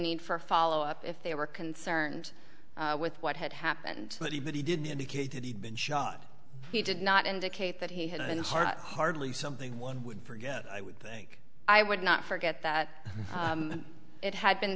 need for a follow up if they were concerned with what had happened that he that he didn't indicate that he'd been shot he did not indicate that he had an heart hardly something one would forget i would think i would not forget that it had been